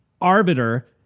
arbiter